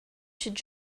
should